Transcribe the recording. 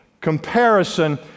Comparison